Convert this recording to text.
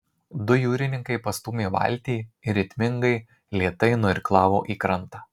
du jūrininkai pastūmė valtį ir ritmingai lėtai nuirklavo į krantą